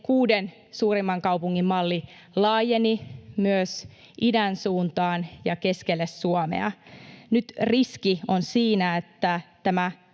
kuuden suurimman kaupungin malli laajeni myös idän suuntaan ja keskelle Suomea. Nyt riski on siinä, että tämä